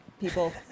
people